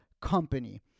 company